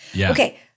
Okay